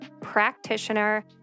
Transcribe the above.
practitioner